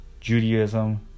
Judaism